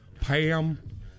Pam